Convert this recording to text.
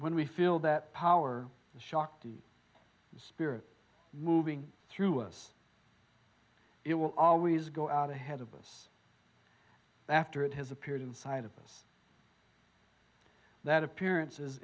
when we feel that power to shock the spirit moving through us it will always go out ahead of us after it has appeared inside of us that appearance